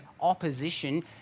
opposition